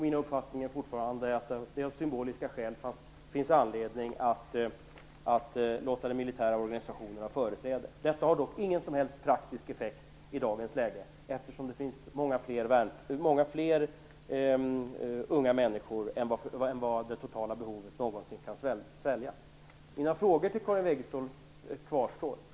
Min uppfattning är fortfarande att det av symboliska skäl finns anledning att låta den militära organisationen ha företräde. Detta har dock ingen som helst praktisk effekt i dagens läge, eftersom det finns många fler unga människor än vad det totala behovet någonsin kan svälja. Mina frågor till Karin Wegestål kvarstår.